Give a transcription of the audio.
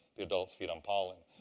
the adults feed on pollen.